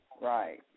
right